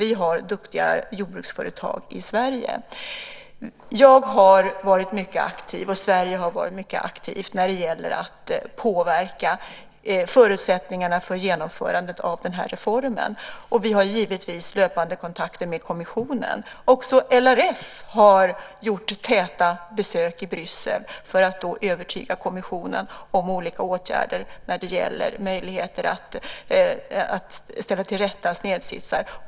Vi har duktiga jordbruksföretag i Sverige. Jag har varit mycket aktiv, och Sverige har varit mycket aktivt, när det gäller att påverka förutsättningarna för genomförandet av den här reformen. Vi har givetvis löpande kontakter med kommissionen. Också LRF har gjort täta besök i Bryssel för att övertyga kommissionen om olika åtgärder när det gäller möjligheter att ställa till rätta snedsitsar.